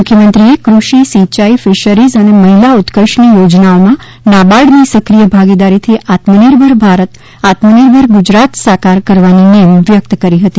મુખ્યમંત્રીએ કૃષિ સિંચાઇ ફિશરીઝ અને મહિલા ઉત્કર્ષની યોજનાઓમાં નાબાર્ડની સક્રિય ભાગીદારીથી આત્મનિર્ભર ભારત આત્મનિર્ભર ગુજરાત સાકાર કરવાની નેમ વ્યક્ત કરી હતી